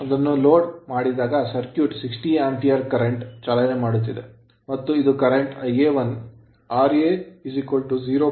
ಅದನ್ನು load load ಮಾಡಿದಾಗ circuit circuit 60 Ampere ampere current current ಚಾಲನೆ ಮಾಡುತ್ತಿದೆ ಮತ್ತು ಇದು current ಕರೆಂಟ್ Ia1 Ra0